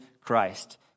Christ